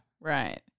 Right